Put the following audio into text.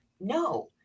no